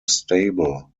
stable